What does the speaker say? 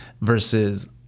versus